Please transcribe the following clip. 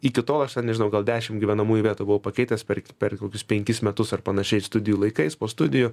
iki tol aš ten nežinau gal dešimt gyvenamųjų vietų buvau pakeitęs per per kokius penkis metus ar panašiai studijų laikais po studijų